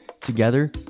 Together